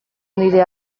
nire